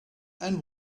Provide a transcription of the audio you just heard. and